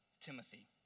Timothy